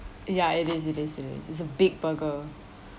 ya it is it is it is it's a big burger